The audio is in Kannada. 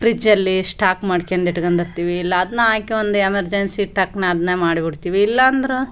ಫ್ರಿಜ್ಜಲ್ಲಿ ಸ್ಟಾಕ್ ಮಾಡ್ಕೊಂಡ್ ಇಟ್ಕಂಡಿರ್ತಿವಿ ಇಲ್ಲ ಅದ್ನ ಹಾಕಿ ಒಂದು ಎಮರ್ಜೆನ್ಸಿ ಟಕ್ನಾ ಅದೆ ಮಾಡ್ಬಿಡ್ತೀವಿ ಇಲ್ಲ ಅಂದ್ರೆ